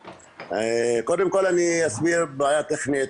קודם כל אני אסביר בעיה טכנית.